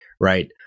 right